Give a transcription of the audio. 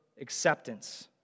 Acceptance